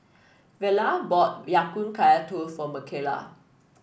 Verla bought Ya Kun Kaya Toast for Micayla